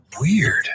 weird